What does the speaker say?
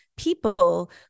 people